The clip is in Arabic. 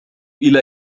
إلى